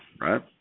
right